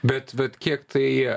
bet bet kiek tai